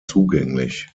zugänglich